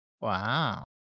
Wow